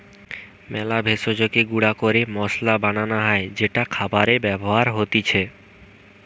মেলা ভেষজকে গুঁড়া ক্যরে মসলা বানান হ্যয় যেটা খাবারে ব্যবহার হতিছে